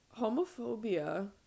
Homophobia